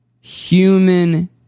human